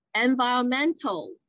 environmental